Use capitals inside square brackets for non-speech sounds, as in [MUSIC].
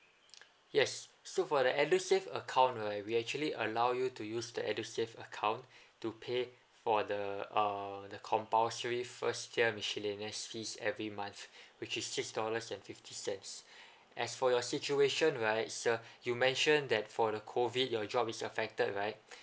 [NOISE] yes so for the edusave account right we actually allow you to use the edusave account to pay for the err the compulsory first year miscellaneous fees every month which is six dollars and fifty cents [BREATH] as for your situation right sir you mentioned that for the COVID your job is affected right